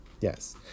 yes